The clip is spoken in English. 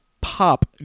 pop